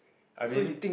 I mean